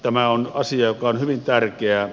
tämä on asia joka on hyvin tärkeää